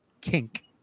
kink